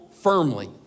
firmly